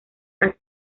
han